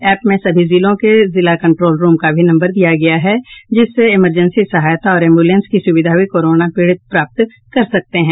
app में सभी जिलों के जिला कंट्रोल रूम का भी नम्बर दिया गया है जिससे एमरजेंसी सहायता और एंब्रलेंस की सुविधा भी कोरोना पीड़ित प्राप्त कर सकते हैं